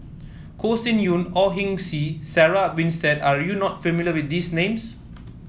Con Sin Yun Au Hing Yee Sarah Winstedt are you not familiar with these names